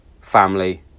family